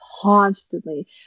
constantly